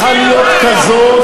היא צריכה להיות כזאת,